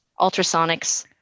ultrasonics